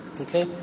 Okay